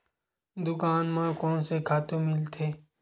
दुकान म कोन से खातु मिलथे?